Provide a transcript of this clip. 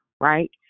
Right